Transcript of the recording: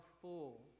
full